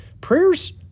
Prayers